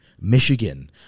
Michigan